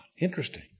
Interesting